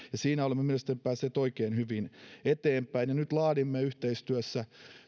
siinä olemme mielestäni päässeet oikein hyvin eteenpäin ja nyt laadimme yhteistyössä